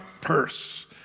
purse